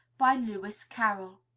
by lewis carroll